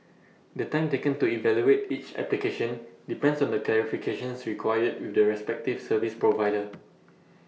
the time taken to evaluate each application depends on the clarifications required with their respective service provider